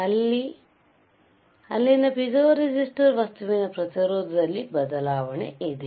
ಆದ್ದರಿಂದ ಅಲ್ಲಿನ piezo resistor ವಸ್ತುವಿನ ಪ್ರತಿರೋಧದಲ್ಲಿ ಬದಲಾವಣೆ ಇದೆ